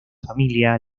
familia